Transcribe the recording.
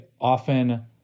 often